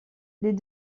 les